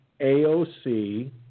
AOC